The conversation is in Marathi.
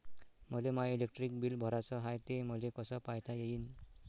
मले माय इलेक्ट्रिक बिल भराचं हाय, ते मले कस पायता येईन?